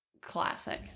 Classic